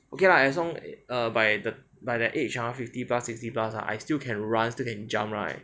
okay lah as long err by the by the age ah fifty plus sixty plus ah I still can run still can jump right